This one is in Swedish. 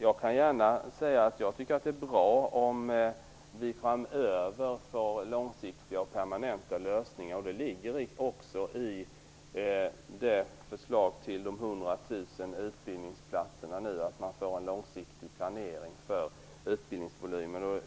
Jag kan säga att jag tycker att det är bra om vi framöver får långsiktiga och permanenta lösningar. Det ligger också i förslaget om de 100 000 utbildningsplatserna att man får en långsiktig planering för utbildningsvolymen.